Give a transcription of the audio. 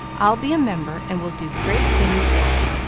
i'll be a member, and we'll do great things yet.